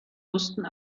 mussten